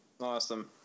Awesome